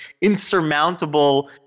insurmountable